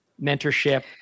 mentorship